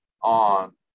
on